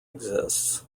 exists